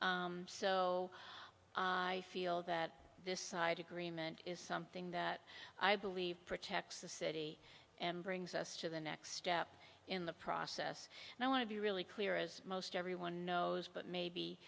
so i feel that this side agreement is something that i believe protects the city and brings us to the next step in the process and i want to be really clear as most everyone knows but